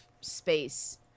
space